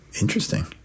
interesting